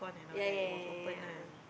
ya ya ya ya ya ya ya